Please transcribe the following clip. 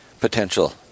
Potential